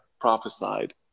prophesied